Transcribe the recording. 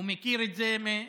הוא מכיר את זה מקרוב.